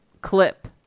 clip